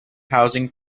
housing